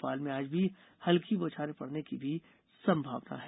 भोपाल में आज भी हल्की बौछारें पड़ने की भी संभावना है